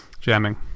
jamming